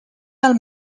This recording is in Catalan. del